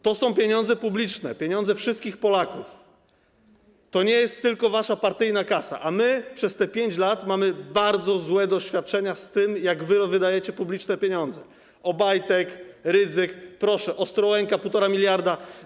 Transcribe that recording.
To są pieniądze publiczne, pieniądze wszystkich Polaków, to nie jest tylko wasza partyjna kasa, a my przez 5 lat mamy bardzo złe doświadczenia z tym, jak wydajecie publiczne pieniądze: Obajtek, Rydzyk, proszę, Ostrołęka - 1,5 mld.